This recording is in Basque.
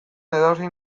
edozein